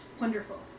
Wonderful